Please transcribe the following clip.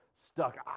Stuck